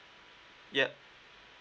yup